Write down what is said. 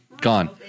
Gone